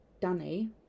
Danny